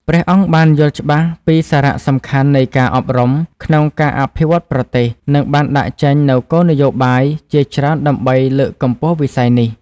ព្រះអង្គបានយល់ច្បាស់ពីសារៈសំខាន់នៃការអប់រំក្នុងការអភិវឌ្ឍប្រទេស និងបានដាក់ចេញនូវគោលនយោបាយជាច្រើនដើម្បីលើកកម្ពស់វិស័យនេះ។